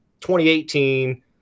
2018